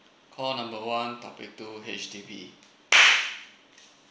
call number one topic two H_D_B